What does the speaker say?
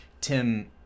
Tim